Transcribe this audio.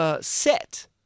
Set